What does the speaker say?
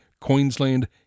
Queensland